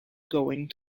going